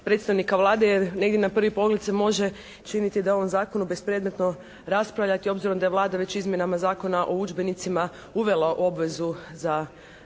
predstavnika Vlade jer negdje na prvi pogled se može činiti da je o ovom Zakonu bespredmetno raspravljati obzirom da je Vlada već izmjenama Zakona o udžbenicima uvela obvezu za